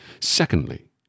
Secondly